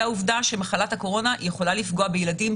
העובדה שמחלת הקורונה יכולה לפגוע בילדים,